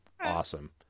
awesome